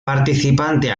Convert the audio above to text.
participante